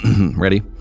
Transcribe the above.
Ready